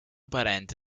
parente